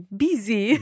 busy